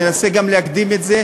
ננסה גם להקדים את זה,